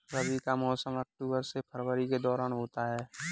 रबी का मौसम अक्टूबर से फरवरी के दौरान होता है